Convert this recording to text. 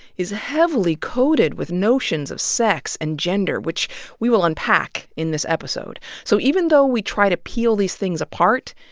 is heavily coded with notions of sex and gender, which we'll unpack in this episode. so even though we try to peel these things apart,